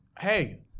Hey